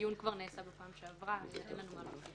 הדיון כבר נעשה בפעם שעברה ואין לנו מה להוסיף.